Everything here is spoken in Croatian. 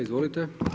Izvolite.